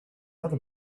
other